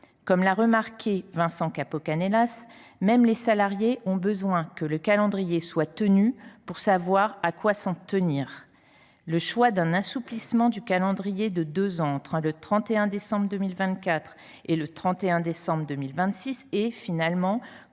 Comme l’a remarqué Vincent Capo Canellas, même les salariés ont besoin que le calendrier soit respecté, pour savoir à quoi s’en tenir. Le choix d’un assouplissement de deux ans du calendrier entre le 31 décembre 2024 et le 31 décembre 2026 est, finalement, comme